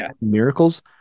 miracles